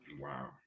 Wow